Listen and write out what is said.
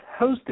hosted